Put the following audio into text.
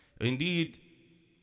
Indeed